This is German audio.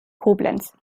koblenz